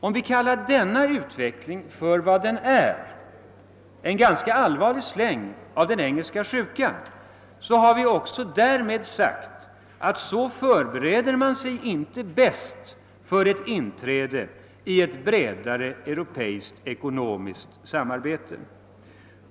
Om vi kallar denna utveckling för vad den är — en ganska allvarlig släng av engelska sjukan — har vi också därmed sagt att så förbereder man sig inte bäst för ett inträde i ett bredare europeiskt samarbete.